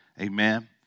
Amen